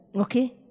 Okay